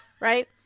right